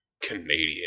Canadian